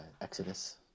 Exodus